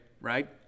right